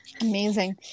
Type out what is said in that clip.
Amazing